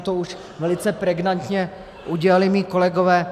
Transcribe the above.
To už velice pregnantně udělali moji kolegové.